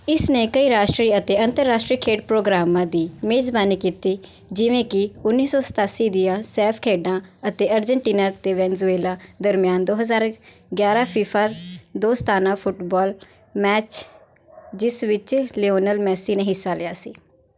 ਇਸ ਨੇ ਕਈ ਰਾਸ਼ਟਰੀ ਅਤੇ ਅੰਤਰਰਾਸ਼ਟਰੀ ਖੇਡ ਪ੍ਰੋਗਰਾਮਾਂ ਦੀ ਮੇਜ਼ਬਾਨੀ ਕੀਤੀ ਜਿਵੇਂ ਕਿ ਉੱਨੀ ਸੌ ਸਤਾਸੀ ਦੀਆਂ ਸੈਫ ਖੇਡਾਂ ਅਤੇ ਅਰਜਨਟੀਨਾ ਅਤੇ ਵੈਨੇਜ਼ੁਏਲਾ ਦਰਮਿਆਨ ਦੋ ਹਜ਼ਾਰ ਗਿਆਰਾਂ ਫੀਫਾ ਦੋਸਤਾਨਾ ਫੁੱਟਬਾਲ ਮੈਚ ਜਿਸ ਵਿੱਚ ਲਿਓਨਲ ਮੈਸੀ ਨੇ ਹਿੱਸਾ ਲਿਆ ਸੀ